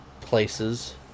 places